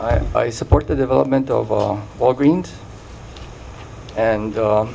i support the development of all all green and